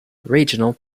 regional